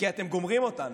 כי אתם גומרים אותנו.